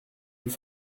plus